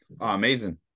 Amazing